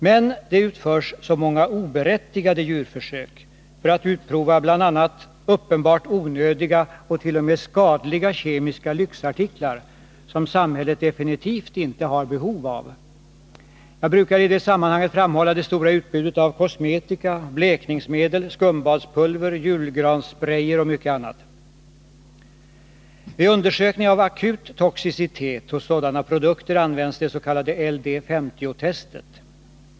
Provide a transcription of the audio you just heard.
Men det utförs så många oberättigade djurförsök för att utprova bl.a. uppenbart onödiga och t.o.m. skadliga kemiska lyxartiklar som samhället absolut inte har behov av. Jag brukar i det sammanhanget framhålla det stora utbudet av kosmetika, blekningsmedel, skumbadspulver, julgranssprayer m.m. Vid undersökning av akut toxicitet hos sådana produkter används det s.k. LD 50-testet.